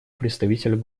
представителю